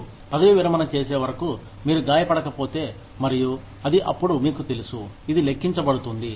మీరు పదవీ విరమణ చేసే వరకు మీరు గాయపడకపోతే మరియు అది అప్పుడు మీకు తెలుసు ఇది లెక్కించబడుతుంది